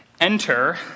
Enter